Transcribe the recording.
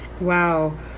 Wow